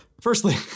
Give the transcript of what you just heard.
Firstly